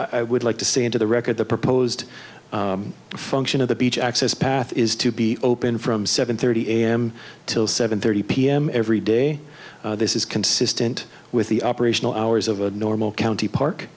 i would like to see into the record the proposed function of the beach access path is to be open from seven thirty a m till seven thirty p m every day this is consistent with the operational hours of a normal county park